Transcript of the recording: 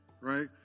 right